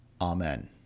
Amen